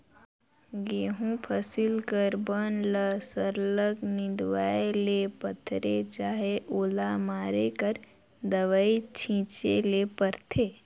गहूँ फसिल कर बन ल सरलग निंदवाए ले परथे चहे ओला मारे कर दवई छींचे ले परथे